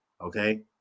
Okay